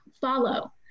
follow